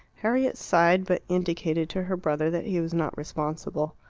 harriet sighed, but indicated to her brother that he was not responsible.